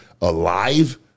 alive